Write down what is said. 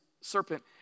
serpent